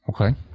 Okay